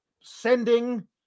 sending